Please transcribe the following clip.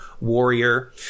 warrior